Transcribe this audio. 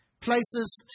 places